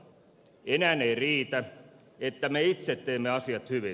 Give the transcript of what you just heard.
enää ei riitä että me itse teemme asiat hyvin